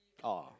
oh